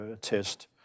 test